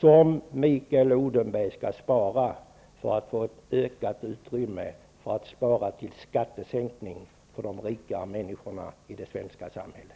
som Mikael Odenberg skall spara för att få ett ökat utrymme för att spara till skattesänkning för de rika människorna i det svenska samhället.